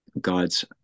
God's